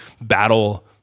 battle